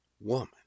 woman